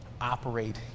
operate